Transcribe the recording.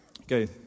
Okay